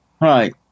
right